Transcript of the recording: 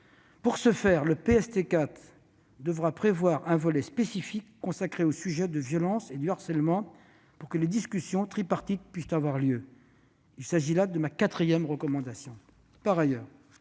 Pour ce faire, le PST 4 devra prévoir un volet spécifiquement consacré aux violences et au harcèlement pour que des discussions tripartites puissent avoir lieu. Il s'agit là de ma quatrième proposition.